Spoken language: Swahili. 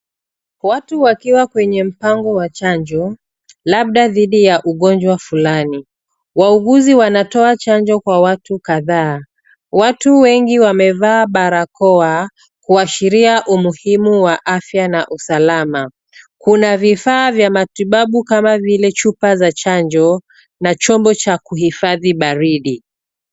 Watu wakiwa kwenye mpango wa chanjo, labda dhidi ya ungojwa fulani. Wauguzi wanatoa chanjo kwa watu kadhaa. Watu wengi wamevaa barakoa kuashiria umuhimu wa afya na usalama. Kuna vifaa vya matibabu kama vile chuba za chanjo na chombo cha kuhifhadi baridi.